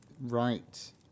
Right